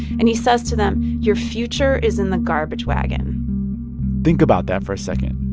and he says to them, your future is in the garbage wagon think about that for a second.